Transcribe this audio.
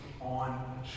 on